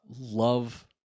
love